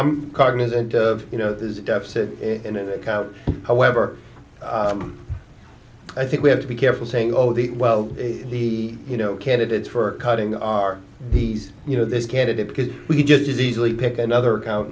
i'm cognizant of you know the deficit however i think we have to be careful saying oh the well the you know candidates for cutting are these you know this candidate because we could just as easily pick another out